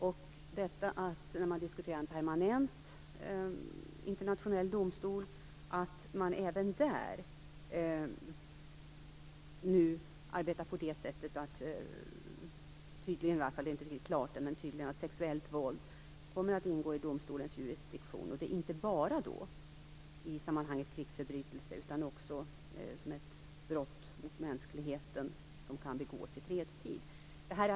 När man nu diskuterar en permanent internationell domstol arbetar man dessutom tydligen - det är inte riktigt klart ännu - för att sexuellt våld skall ingå i domstolens jurisdiktion. Det är då inte bara fråga om krigsförbrytelser utan också om brott mot mänskligheten som kan begås i fredstid.